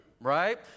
right